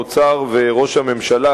האוצר וראש הממשלה,